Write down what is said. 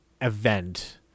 event